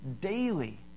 daily